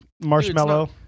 marshmallow